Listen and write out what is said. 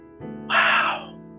Wow